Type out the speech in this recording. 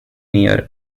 near